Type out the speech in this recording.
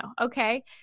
okay